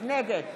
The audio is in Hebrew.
נגד